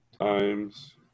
times